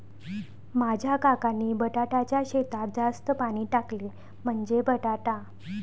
माझ्या काकांनी बटाट्याच्या शेतात जास्त पाणी टाकले, म्हणजे बटाटा